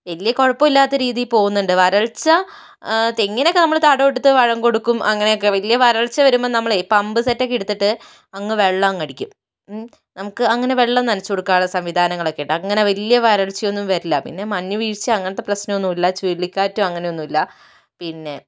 വലിയ കുഴപ്പമില്ലാത്ത രീതിയിൽ പോകുന്നുണ്ട് വരള്ച്ച തെങ്ങിനൊക്കെ നമ്മള് തടമെടുത്ത് വളം കൊടുക്കും അങ്ങനെയൊക്കെ വലിയ വരള്ച്ച വരുമ്പം നമ്മളേ പമ്പ് സെറ്റൊക്കെ എടുത്തിട്ട് അങ്ങ് വെള്ളമങ്ങ് അടിക്കും നമുക്ക് അങ്ങനെ വെള്ളം നനച്ചു കൊടുക്കാനുള്ള സംവിധാനങ്ങളൊക്കെ ഉണ്ട് അങ്ങനെ വലിയ വരള്ച്ചയൊന്നും വരില്ല പിന്നെ മഞ്ഞുവീഴ്ച അങ്ങനത്തെ പ്രശ്നമൊന്നുമില്ല ചുഴലിക്കാറ്റോ അങ്ങനെ ഒന്നും ഇല്ല പിന്നെ